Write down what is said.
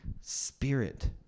spirit